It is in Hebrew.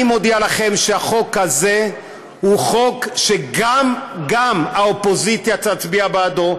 אני מודיע לכם שהחוק הזה הוא חוק שגם האופוזיציה תצביע בעדו,